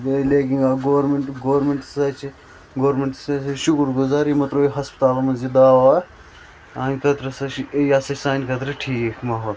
government ہَسا چھِ گورمیٚنٹَس ہسا چھِ شُکُر گُزار یِمو ترٲے ہَسپتالَن مَنٛز یہِ دَوا وَوا سانہِ خٲطرٕ ہَسا چھُ یہِ یہِ ہَسا چھُ سانہِ خٲطرٕ ٹھیٖک ماحول